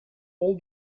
all